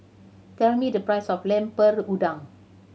tell me the price of Lemper Udang